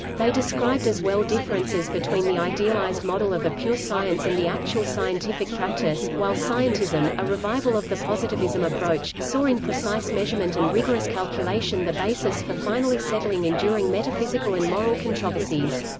they described as well differences between the idealized model of a pure science and the actual scientific practice while scientism, a revival of the positivism approach, saw in precise measurement and rigorous calculation the basis for finally settling enduring metaphysical and moral controversies.